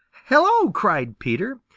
hello! cried peter.